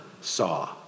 saw